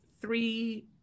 three